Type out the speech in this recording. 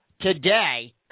today